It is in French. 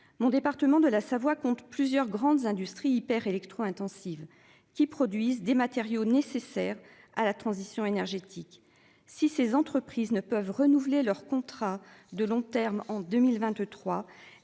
Mon département de la Savoie compte plusieurs grandes industries hyper électro-intensives qui produisent des matériaux nécessaires à la transition énergétique. Si ces entreprises ne peuvent renouveler leurs contrats de long terme en 2023,